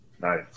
nice